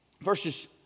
verses